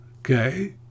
Okay